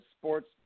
Sports